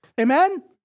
Amen